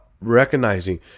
recognizing